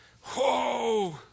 Whoa